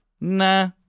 Nah